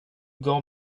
gav